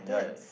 yeah